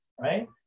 right